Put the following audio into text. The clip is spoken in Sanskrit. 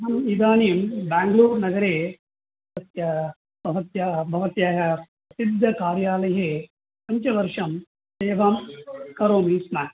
इदानीं बाङ्गलूर् नगरे तस्य भवत्याः भवत्याः प्रसिद्धकार्यालये पञ्चवर्षं सेवां करोमि स्म